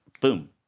boom